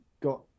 got